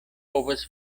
povas